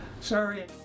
Sorry